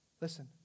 Listen